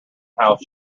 house